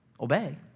obey